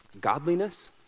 Godliness